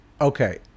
Okay